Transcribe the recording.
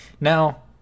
Now